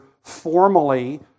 formally